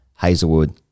Hazelwood